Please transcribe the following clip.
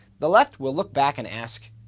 the left will look back and ask,